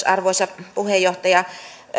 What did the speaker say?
arvoisa puheenjohtaja